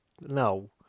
no